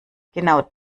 genau